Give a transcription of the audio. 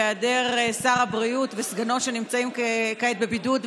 בהיעדר שר הבריאות וסגנו שנמצאים כעת בבידוד,